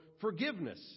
forgiveness